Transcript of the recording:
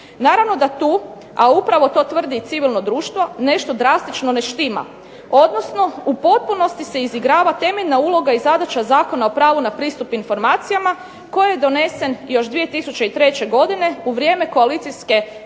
Naravno da tu, a upravo to tvrdi i civilno društvo, nešto drastično ne štima, odnosno u potpunosti se izigrava temeljna uloga i zadaća Zakona o pravu na pristup informacijama koji je donesen još 2003. godine u vrijeme koalicijske